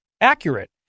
accurate